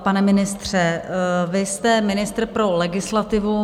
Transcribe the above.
Pane ministře, vy jste ministr pro legislativu.